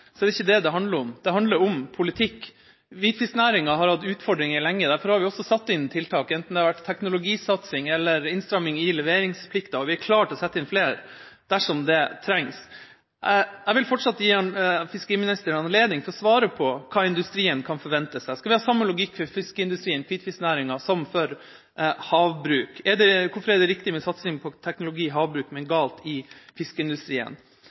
det er ikke det det handler om. Det handler om politikk. Hvitfisknæringa har hatt utfordringer lenge, og derfor har vi også satt inn tiltak, enten det har vært teknologisatsing eller innstramming i leveringsplikter, og vi er klar til å sette inn flere dersom det trengs. Jeg vil fortsatt gi fiskeriministeren anledning til å svare på hva industrien kan forvente seg. Skal vi ha samme logikk for fiskeindustrien og hvitfisknæringa som for havbruk? Hvorfor er det riktig med satsing på teknologi i havbruk, men galt i fiskeindustrien?